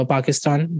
Pakistan